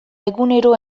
egunero